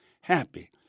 happy